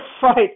fight